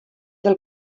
del